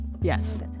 yes